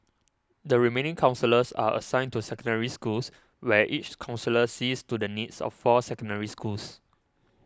the remaining counsellors are assigned to Secondary Schools where each counsellor sees to the needs of four Secondary Schools